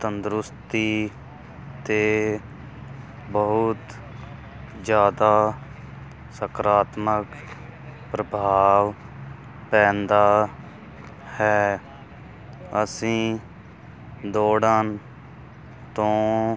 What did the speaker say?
ਤੰਦਰੁਸਤੀ 'ਤੇ ਬਹੁਤ ਜ਼ਿਆਦਾ ਸਕਾਰਾਤਮਕ ਪ੍ਰਭਾਵ ਪੈਂਦਾ ਹੈ ਅਸੀਂ ਦੌੜਨ ਤੋਂ